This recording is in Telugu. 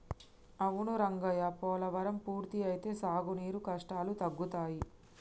అవును రంగయ్య పోలవరం పూర్తి అయితే సాగునీరు కష్టాలు తగ్గుతాయి